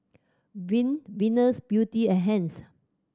Viu Venus Beauty and Heinz